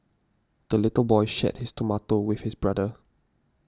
the little boy shared his tomato with his brother